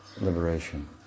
liberation